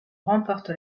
remporte